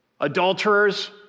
adulterers